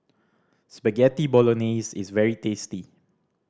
Spaghetti Bolognese is very tasty